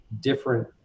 different